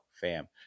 fam